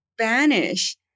Spanish